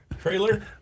Trailer